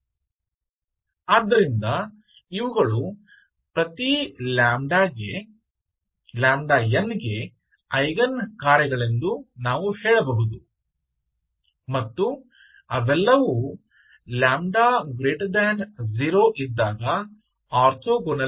तो हम कह सकते हैं कि यह प्रत्येक n के लिए आपको एगेन फंक्शनस है और यह सभी λ0 के लिए ऑर्थोगोनल हैं